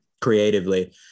creatively